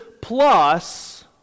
plus